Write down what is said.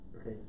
okay